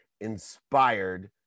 inspired